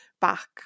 back